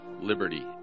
liberty